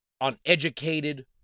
uneducated